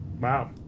wow